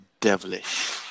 devilish